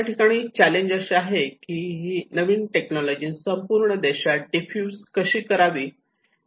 या ठिकाणी चॅलेंज असे आहे की हि नवीन टेक्नोलॉजी संपूर्ण देशात डीफ्यूज कशी करावी